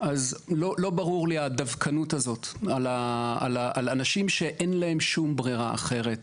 אז לא ברור לי הדווקנות הזאת על אנשים שאין להם שום ברירה אחרת.